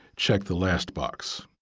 check the last box.